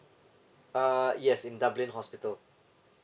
uh yes in dublin hospital